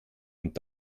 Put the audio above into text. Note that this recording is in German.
und